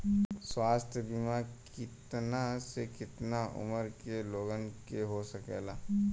स्वास्थ्य बीमा कितना से कितना उमर के लोगन के हो सकेला?